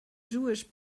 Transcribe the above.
jewish